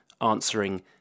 answering